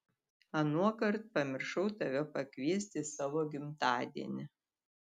anuokart pamiršau tave pakviesti į savo gimtadienį